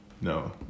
no